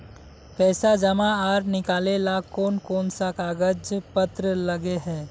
पैसा जमा आर निकाले ला कोन कोन सा कागज पत्र लगे है?